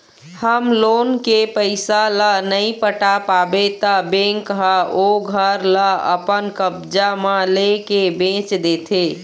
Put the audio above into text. home loan के पइसा ल नइ पटा पाबे त बेंक ह ओ घर ल अपन कब्जा म लेके बेंच देथे